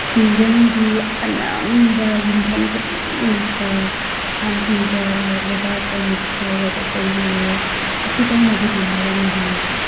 ꯈꯨꯡꯒꯪꯒꯤ ꯑꯅꯝꯕ ꯌꯨꯝꯊꯣꯡ ꯈꯨꯗꯤꯡꯃꯛꯇ ꯁꯟꯊꯤꯒ ꯂꯩꯕꯥꯛꯀ ꯃꯤꯛꯁ ꯇꯧꯔꯒ ꯇꯩꯅꯩꯑꯦ ꯑꯁꯤ ꯇꯩꯅꯕꯒꯤ ꯃꯔꯝꯗꯤ